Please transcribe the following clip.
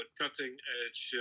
cutting-edge